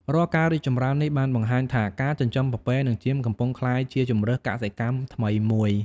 រាល់ការរីកចម្រើននេះ បានបង្ហាញថា ការចិញ្ចឹមពពែនិងចៀមកំពុងក្លាយជាជម្រើសកសិកម្មថ្មីមួយ។